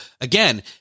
again